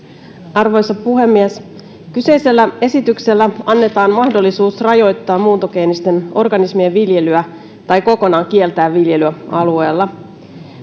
arvoisa puhemies kyseisellä esityksellä annetaan mahdollisuus rajoittaa muuntogeenisten organismien viljelyä tai kokonaan kieltää viljely alueella